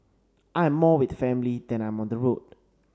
I'm more with family than I'm on the road